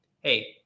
hey